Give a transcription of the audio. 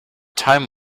time